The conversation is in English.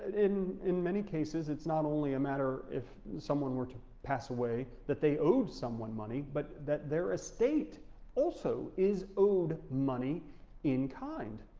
in in many cases, it's not only a matter if someone were to pass away that they owed someone money, but that their estate also is owed money in kind.